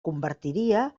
convertiria